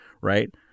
right